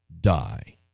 die